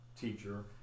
teacher